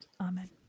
Amen